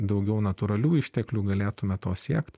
daugiau natūralių išteklių galėtume to siekt